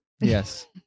yes